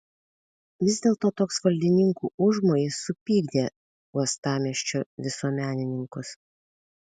vis dėlto toks valdininkų užmojis supykdė uostamiesčio visuomenininkus